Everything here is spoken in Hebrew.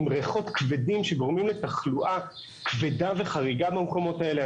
עם ריחות כבדים שגורמים לתחלואה כבדה וחריגה במקומות האלה.